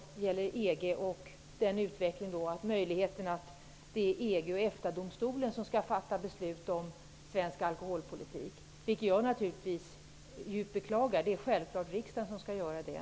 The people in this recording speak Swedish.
Vad jag skulle vilja höra mer om av Bengt Westerberg gäller EG och den möjliga utvecklingen att EG och EFTA-domstolen skall fatta beslut om svensk alkoholpolitik, vilket jag naturligtvis djupt beklagar. Det är självklart riksdagen som skall göra det.